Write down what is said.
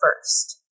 first